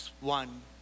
one